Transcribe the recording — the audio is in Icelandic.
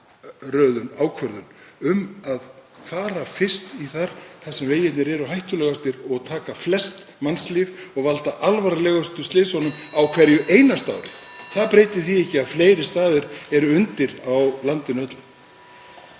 forgangsröðun og um að fara fyrst í framkvæmdir þar sem vegirnir eru hættulegastir og taka flest mannslíf og valda alvarlegustu slysunum á hverju einasta ári. En það breytir því ekki að fleiri staðir eru undir á landinu öllu.